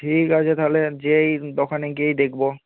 ঠিক আছে তাহলে যেয়েই দোকানে গিয়েই দেখব